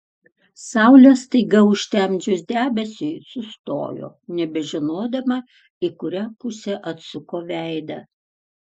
saulę staiga užtemdžius debesiui sustojo nebežinodama į kurią pusę atsuko veidą